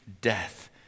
death